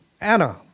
Anna